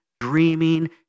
dreaming